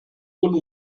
ohne